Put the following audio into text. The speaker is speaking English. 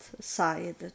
side